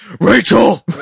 Rachel